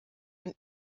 und